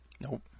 Nope